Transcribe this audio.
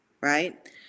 Right